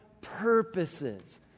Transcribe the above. purposes